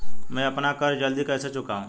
मैं अपना कर्ज जल्दी कैसे चुकाऊं?